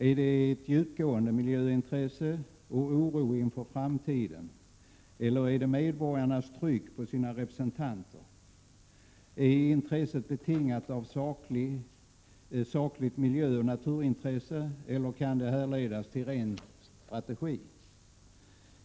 Är det fråga om ett djupgående miljöintresse och en oro inför framtiden, eller är det medborgarnas tryck på deras representanter som ligger bakom? Är intresset betingat av sakligt miljöoch naturintresse, eller kan det ses som rent strategiskt?